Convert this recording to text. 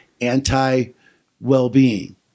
anti-well-being